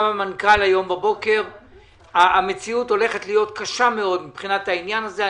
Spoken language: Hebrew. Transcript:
המנכ"ל היום בבוקר והמציאות הולכת להיות קשה מאוד מבחינת העניין הזה.